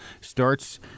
starts